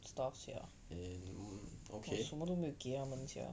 eh okay